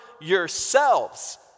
yourselves